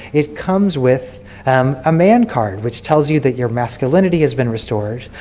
it comes with a man card which tells you that your masculinity has been restored.